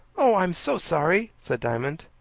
oh, i'm so sorry! said diamond.